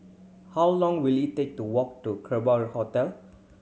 how long will it take to walk to Kerbau Hotel